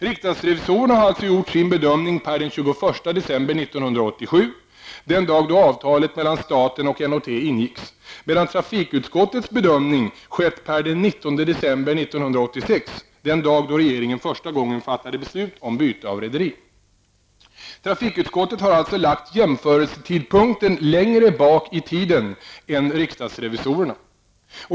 Riksdagsrevisorerna har alltså gjort sin bedömning per den 21 december 1987, den dag då avtalet mellan staten och N & T ingicks, medan trafikutskottets bedömning skett per den 19 december 1986, den dag då regeringen första gången fattade beslut om byte av rederi. Trafikutskottet har alltså lagt jämförelsetidpunkten längre bak i tiden än riksdagsrevisorerna.